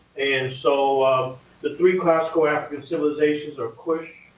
and so the three classical african civilizations are kush,